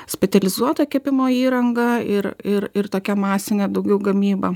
spetializuota kepimo įranga ir ir ir tokia masinė daugiau gamybą